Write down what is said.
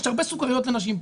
יש הרבה סוכריות לנשים.